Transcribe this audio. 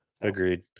agreed